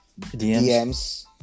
DMs